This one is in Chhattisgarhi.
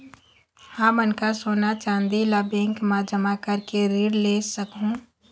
हमन का सोना चांदी ला बैंक मा जमा करके ऋण ले सकहूं?